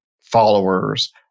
followers